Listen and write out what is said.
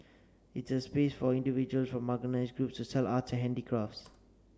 it's a space for individuals from marginalised groups to sell arts and handicrafts